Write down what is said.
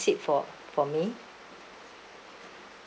seat for for me